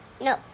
No